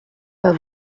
pas